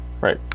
right